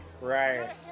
Right